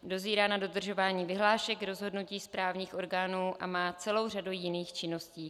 Dozírá nad dodržováním vyhlášek, rozhodnutí správních orgánů a má celou řadu jiných činností.